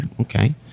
Okay